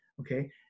okay